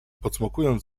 pocmokując